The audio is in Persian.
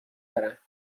دارم